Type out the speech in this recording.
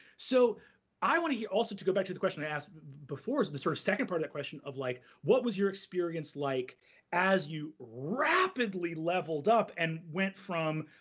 so i wanna hear, also to go back to the question i asked before is the sorta sort of second part of the question of like, what was your experience like as you rapidly leveled up and went from,